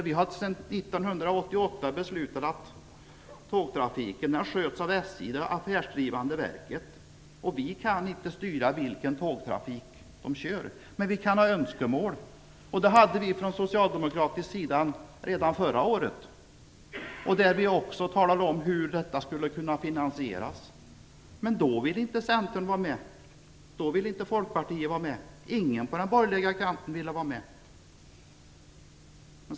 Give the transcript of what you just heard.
Vi har 1988 beslutat att tågtrafiken sköts av SJ, det affärsdrivande verket. Vi kan inte styra vilken tågtrafik som körs, men vi kan ha önskemål. Det hade vi från socialdemokratisk sida redan förra året. Vi talade också om hur det skulle kunna finansieras. Men då ville inte Centern och Folkpartiet - ingen på den borgerliga kanten - vara med.